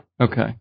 Okay